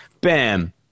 Bam